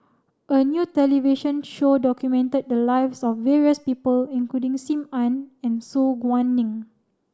a new television show documented the lives of various people including Sim Ann and Su Guaning